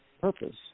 purpose